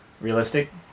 Realistic